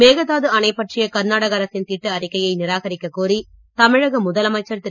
மேகதாது அணை பற்றிய கர்நாடக அரசின் திட்ட அறிக்கையை நிராகரிக்கக் கோரி தமிழக முதலமைச்சர் திரு